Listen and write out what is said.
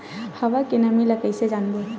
हवा के नमी ल कइसे जानबो?